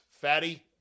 fatty